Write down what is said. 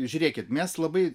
žiūrėkit mes labai